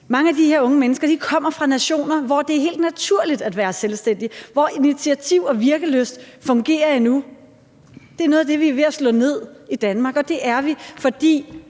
Mange af de her unge mennesker kommer fra nationer, hvor det er helt naturligt at være selvstændig, hvor initiativ og virkelyst fungerer endnu. Det er noget af det, vi er ved at slå ned i Danmark, og det er vi, fordi